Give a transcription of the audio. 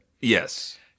Yes